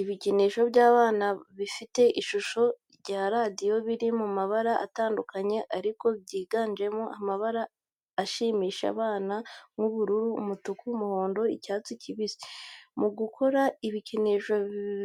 Ibikinisho by'abana bifite ishusho ya radio biri mu mabara atandukanye ariko byiganjemo amabara ashimisha abana nk'ubururu, umutuku, umuhondo n'icyatsi kibisi. Mu gukora ibikinisho